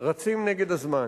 רצים נגד הזמן.